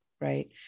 right